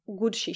good